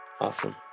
awesome